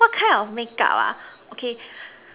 what kind of makeup ah okay